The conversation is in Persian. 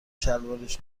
شلوارش